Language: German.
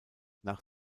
nach